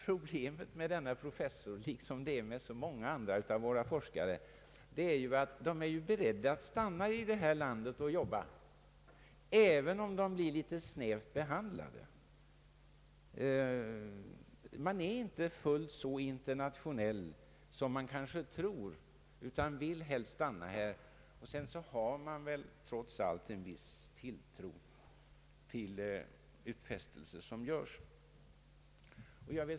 Problemet med denna professor, liksom med så många andra av våra forskare, är att de är beredda att stanna i vårt land och arbeta även om de blir litet snävt behandlade. De är inte fullt så internationella som man kanske tror utan vill helst stanna här. Sedan har de väl, trots allt, en viss tilltro till utfästelser som ges.